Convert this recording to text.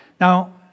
Now